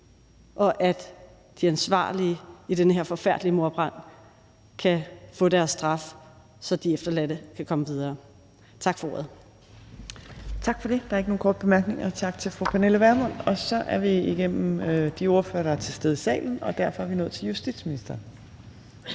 og at de ansvarlige i den her forfærdelige mordbrand kan få deres straf, så de efterladte kan komme videre. Tak for ordet. Kl. 15:00 Tredje næstformand (Trine Torp): Tak for det. Der er ikke nogen korte bemærkninger. Tak til fru Pernille Vermund. Så er vi igennem de ordførere, der er til stede i salen, og derfor er vi nået til justitsministeren.